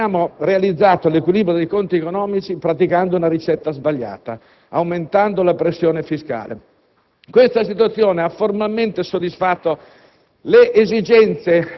Negli anni Novanta abbiamo realizzato l'equilibrio dei conti economici praticando una ricetta sbagliata: aumentando la pressione fiscale. Questa situazione ha formalmente soddisfatto